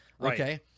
Okay